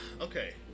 okay